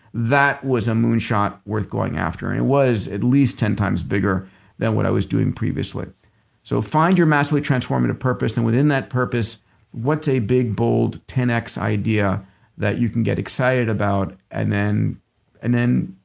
that was a moonshot worth going after and it was at least ten times bigger than what i was doing previously so find your massively transformative purpose and within that purpose what's a big, bold ten x idea that you can get excited about and then and then